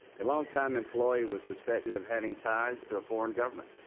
a long time employee was suspected of having ties to a foreign government.